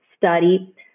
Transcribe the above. study